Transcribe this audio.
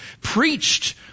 preached